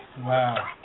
Wow